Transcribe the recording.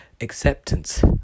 Acceptance